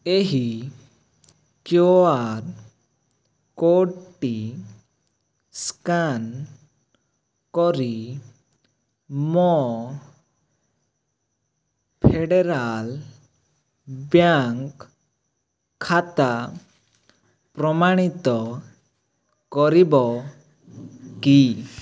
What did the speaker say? ଏହି କ୍ୟୁଆର୍ କୋଡ଼୍ଟି ସ୍କାନ୍ କରି ମୋ ଫେଡ଼େରାଲ୍ ବ୍ୟାଙ୍କ୍ ଖାତା ପ୍ରମାଣିତ କରିବ କି